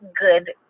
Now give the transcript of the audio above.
good